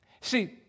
See